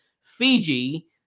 Fiji